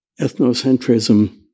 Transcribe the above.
Ethnocentrism